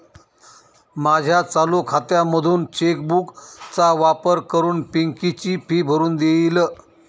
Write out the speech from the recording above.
माझ्या चालू खात्यामधून चेक बुक चा वापर करून पिंकी ची फी भरून देईल